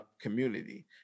community